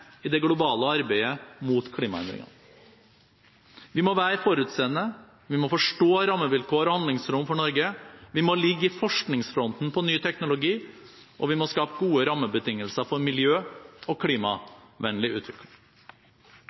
i det globale arbeidet mot klimaendringene. Vi må være forutseende, vi må forstå rammevilkår og handlingsrom for Norge, vi må ligge i forskningsfronten for ny teknologi, og vi må skape gode rammebetingelser for miljø- og klimavennlig utvikling.